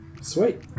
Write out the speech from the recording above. sweet